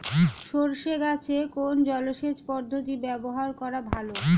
সরষে গাছে কোন জলসেচ পদ্ধতি ব্যবহার করা ভালো?